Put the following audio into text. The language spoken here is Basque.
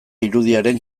irudiaren